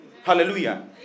Hallelujah